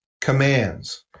commands